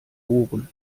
ohren